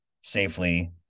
safely